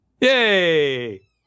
yay